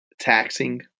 taxing